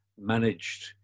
managed